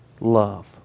love